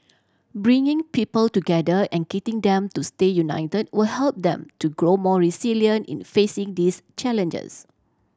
bringing people together and getting them to stay unit will help them to grow more resilient in facing these challenges